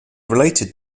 related